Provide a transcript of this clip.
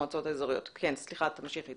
כן, סליחה, תמשיכי.